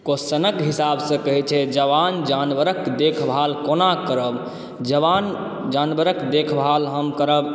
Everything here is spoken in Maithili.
कोस्चनक हिसाबसँ कहै छै जवान जानवरक देखभाल कोना करब जवान जानवरके देखभाल हम करब